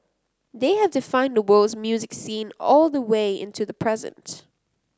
they have defined the world's music scene all the way into the present